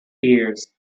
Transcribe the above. tears